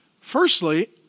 Firstly